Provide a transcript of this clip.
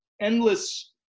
endless